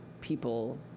people